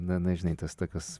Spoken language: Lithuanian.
na na žinai tos tokios